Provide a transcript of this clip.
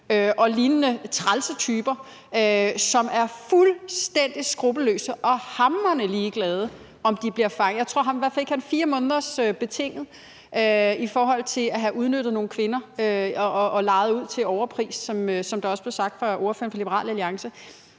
og lignende trælse typer, som er fuldstændig skruppelløse og hamrende ligeglade med, om de bliver fanget. Hvad fik han? 4 måneders betinget fængsel for at have udnyttet nogle kvinder og lejet ud til overpris, som der også blev sagt af ordføreren for Liberal Alliance.